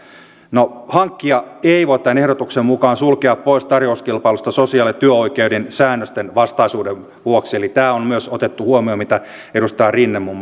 no hankkija voi tämän ehdotuksen mukaan sulkea pois tarjouskilpailusta sosiaali ja työoikeuden säännösten vastaisuuden vuoksi eli myös tämä on otettu huomioon mitä muun